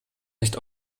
nicht